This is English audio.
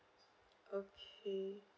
okay